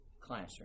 classroom